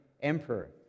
emperor